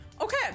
Okay